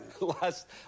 last